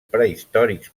prehistòrics